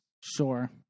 Sure